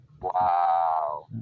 Wow